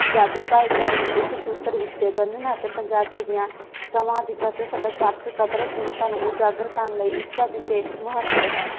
ਪੰਜਾਬੀ ਭਾਈਚਾਰੇ ਨੂੰ ਇੱਕ ਸੂਤਰ ਵਿੱਚ ਬੰਨਣ ਅਤੇ ਪੰਜਾਬੀ ਦੀਆਂ ਸਮਾਜਿਕ ਅਤੇ ਸਭਿਆਚਾਰਕ ਕਦਰ ਕੀਮਤਾਂ ਨੂੰ ਉਜਾਗਰ ਕਰਨ ਲਈ ਇਸ ਦਾ ਵਿਸ਼ੇਸ਼ ਮਹੱਤਵ ਹੈ